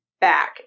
back